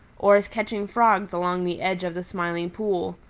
or is catching frogs along the edge of the smiling pool,